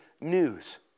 news